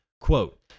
Quote